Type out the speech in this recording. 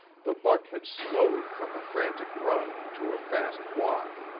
the buck had slowed from a frantic run to a fast walk.